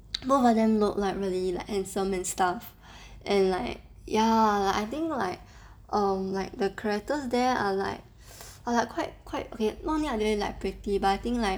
both of them look like really like handsome and stuff and like ya I think like um like the characters there are like like are like quite quite okay wang yan lin like pretty but I think like